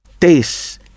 taste